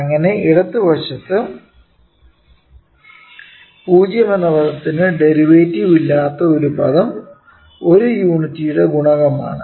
അങ്ങനെ ഇടത് വശത്ത് 0 എന്ന പദത്തിന്റെ ഡെറിവേറ്റീവ് ഇല്ലാത്ത പദം ഒരു യൂണിറ്റിയുടെ ഗുണകമാണ്